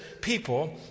people